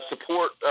support